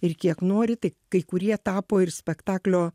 ir kiek nori tai kai kurie tapo ir spektaklio